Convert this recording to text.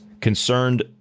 concerned